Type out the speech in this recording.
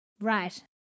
Right